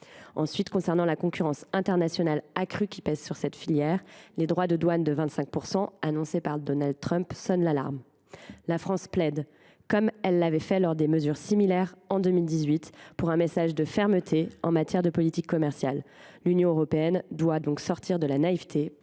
Ensuite, concernant la concurrence internationale accrue qui pèse sur cette filière, les droits de douane de 25 % annoncés par Donald Trump sonnent comme une alarme. La France plaide, comment elle l’avait fait lorsque des mesures similaires avaient été prises en 2018, pour un message de fermeté en matière de politique commerciale. L’Union européenne doit se départir de toute naïveté